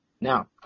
Now